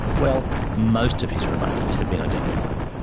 well most of his remains had been identified.